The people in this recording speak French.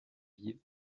vives